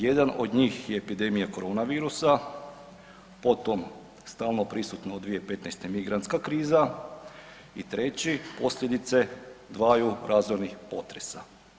Jedan od njih je epidemija korona virusa potom stalno prisutno od 2015. migrantska kriza i treći, posljedice dvaju razornih potresa.